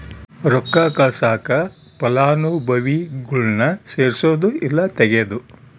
ರೊಕ್ಕ ಕಳ್ಸಾಕ ಫಲಾನುಭವಿಗುಳ್ನ ಸೇರ್ಸದು ಇಲ್ಲಾ ತೆಗೇದು